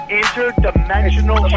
interdimensional